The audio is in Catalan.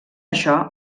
això